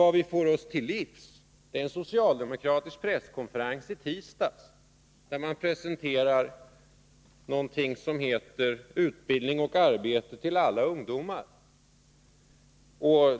Vad vi får oss till livs är en socialdemokratisk presskonferens i tisdags där man presenterar någonting som heter ”utbildning och arbete till alla ungdomar”.